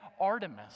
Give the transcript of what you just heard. Artemis